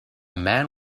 man